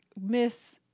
Miss